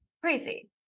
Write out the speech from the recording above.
Crazy